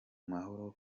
mahoro